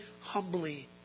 humbly